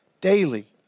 daily